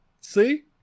See